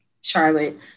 Charlotte